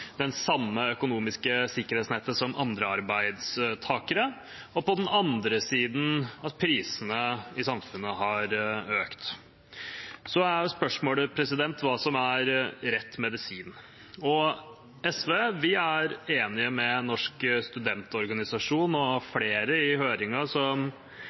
samme økonomiske sikkerhetsnettet som andre arbeidstakere, og på den andre siden når prisene i samfunnet har økt. Spørsmålet er hva som er rett medisin. SV er enig med Norsk studentorganisasjon og